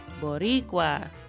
Boricua